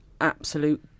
absolute